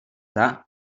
that